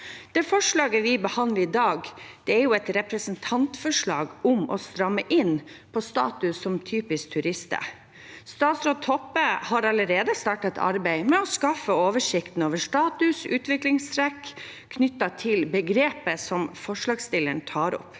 Det forslaget vi behandler i dag, er et representantforslag om å stramme inn på status som typisk turiststed. Statsråd Toppe har allerede startet et arbeid med å skaffe oversikt over status og utviklingstrekk knyttet til begrepet som forslagsstillerne tar opp.